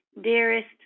dearest